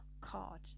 card